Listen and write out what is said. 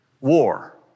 war